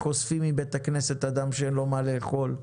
ואיך אוספים מבית הכנסת אדם שאין לו מה לאכול,